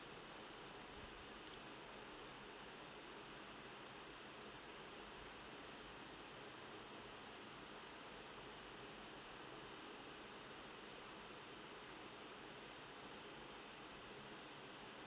uh